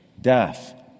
death